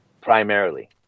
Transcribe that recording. primarily